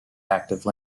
active